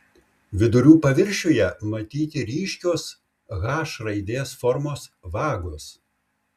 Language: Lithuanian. vidurių paviršiuje matyti ryškios h raidės formos vagos